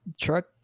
truck